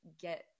get